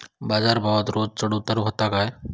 बाजार भावात रोज चढउतार व्हता काय?